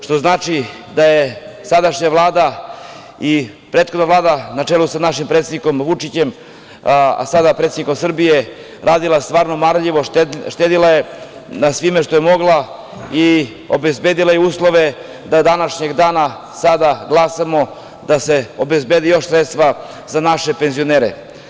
Što znači da je sadašnja Vlada i prethodna Vlada, na čelu sa našim predsednikom Vučićem, a sada predsednikom Srbije, radila stvarno marljivo, štedela na svemu što je mogla i obezbedila je uslove da danas sada glasamo da se obezbedi još sredstava za naše penzionere.